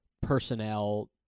personnel